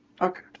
Okay